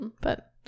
But-